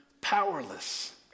powerless